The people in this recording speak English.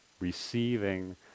receiving